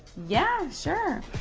yeah sure.